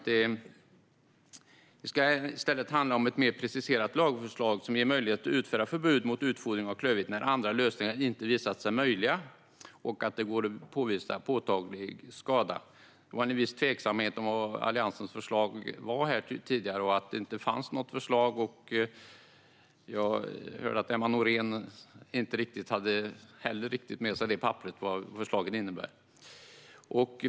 Det ska i stället handla om ett mer preciserat lagförslag som ger möjlighet att utfärda förbud mot utfodring av klövvilt när andra lösningar visat sig vara inte möjliga och det går att påvisa påtaglig skada. Det fanns tidigare en viss tveksamhet om vad Alliansens förslag innebar. Emma Nohrén hade inte heller med sig papperet om vad förslaget innebär.